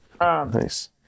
Nice